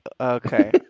Okay